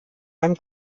beim